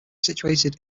situated